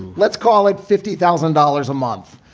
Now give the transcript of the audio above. let's call it fifty thousand dollars a month.